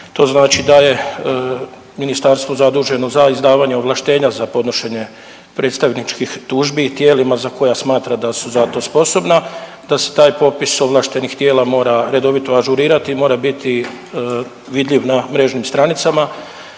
to znači da je ministarstvo zaduženo za izdavanje ovlaštenja za podnošenje predstavničkih tužbi tijelima za koja smatra da su za to sposobna, da se taj popis ovlaštenih tijela mora redovito ažurirati i mora biti vidljiv na mrežnim stranicama,